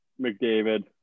McDavid